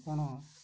କ'ଣ